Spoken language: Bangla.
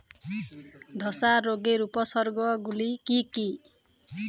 ধসা রোগের উপসর্গগুলি কি কি?